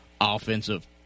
offensive